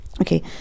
Okay